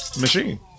Machine